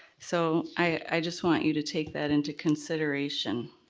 so, i just want you to take that into consideration.